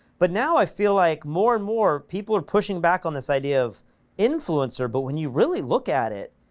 but now i feel like more and more, people are pushing back on this idea of influencer but when you really look at it,